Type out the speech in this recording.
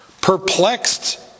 Perplexed